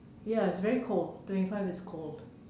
ya it's very cold twenty five is cold